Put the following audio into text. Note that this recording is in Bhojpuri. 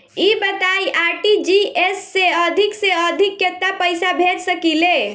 ई बताईं आर.टी.जी.एस से अधिक से अधिक केतना पइसा भेज सकिले?